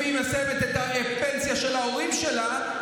והיא מסיימת את הפנסיה של ההורים שלה,